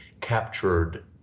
captured